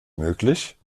möglich